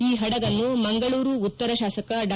ಈ ಹಡಗನ್ನು ಮಂಗಳೂರು ಉತ್ತರ ಶಾಸಕ ಡಾ